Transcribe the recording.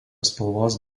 spalvos